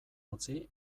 utzi